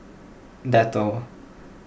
Dettol